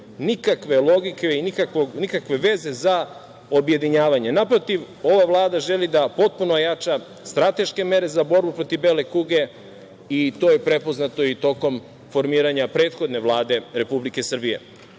nikakve logike i nikakve veze za objedinjavanje. Naprotiv, ova Vlada želi da potpuno ojača strateške mere za borbu protiv „bele kuge“ i to je prepoznato i tokom formiranja prethodne Vlade Republike